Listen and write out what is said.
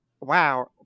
wow